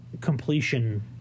completion